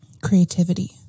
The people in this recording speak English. creativity